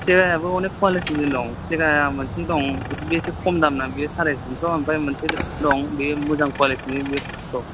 सेगायाबो अनेग कुवालिटिनि दं सेगाया मोनसे दं बे एसे खम दामना साराय तिनस' आमफ्राय मोनसे दं बे मोजां कुवालिटिनि बे फासस'